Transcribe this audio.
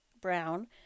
Brown